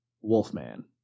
Wolfman